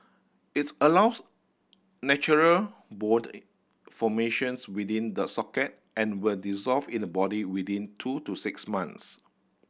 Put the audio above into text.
its allows natural bone formations within the socket and will dissolve in the body within two to six months